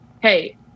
hey